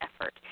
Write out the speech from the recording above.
effort